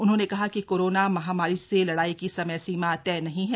उन्होंने कहा कि कोरोना महामारी से लड़ाई की समय सीमा तय नहीं है